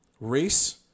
race